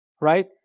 right